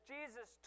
Jesus